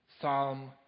Psalm